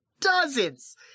dozens